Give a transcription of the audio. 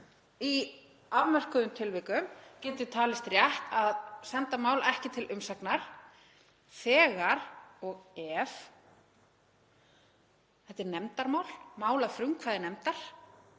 Í afmörkuðum tilvikum gæti talist rétt að senda mál ekki til umsagnar þegar og ef þetta er nefndarmál, mál að frumkvæði nefndar,